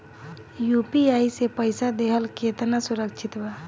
UPI से पईसा देहल केतना सुरक्षित बा?